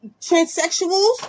transsexuals